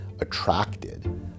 attracted